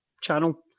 Channel